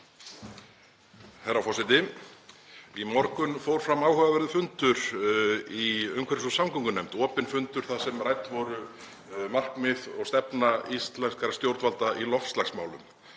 Herra forseti. Í morgun fór fram áhugaverður fundur í umhverfis- og samgöngunefnd, opinn fundur þar sem rædd voru markmið og stefna íslenskra stjórnvalda í loftslagsmálum.